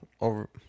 over